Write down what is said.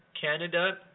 Canada